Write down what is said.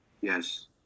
Yes